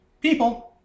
people